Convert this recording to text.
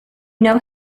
know